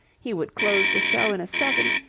he would close the show in a second,